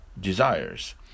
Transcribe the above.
desires